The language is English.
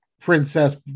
princess